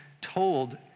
told